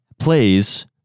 plays